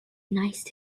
nice